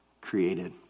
created